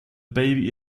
baby